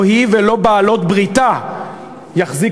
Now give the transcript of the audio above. לא היא ולא בעלות בריתה יחזיקו,